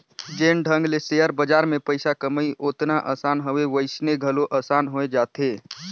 जेन ढंग ले सेयर बजार में पइसा कमई ओतना असान हवे वइसने घलो असान होए जाथे